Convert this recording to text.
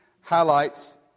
highlights